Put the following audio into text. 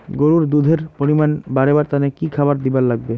গরুর দুধ এর পরিমাণ বারেবার তানে কি খাবার দিবার লাগবে?